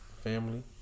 Family